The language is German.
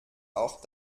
auch